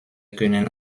können